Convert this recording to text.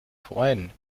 freuen